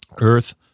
earth